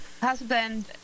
husband